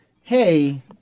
hey